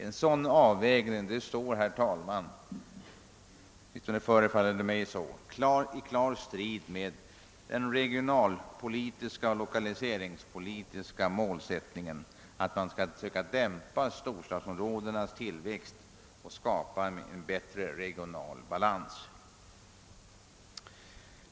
En sådan avvägning står — åtminstone förefaller det mig så — i klar strid med den regionalpolitiska och lokaliseringspolitiska målsättningen att man skall försöka dämpa storstadsområdenas tillväxt och skapa en bättre regional balans.